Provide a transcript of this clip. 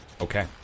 Okay